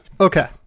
okay